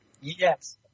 yes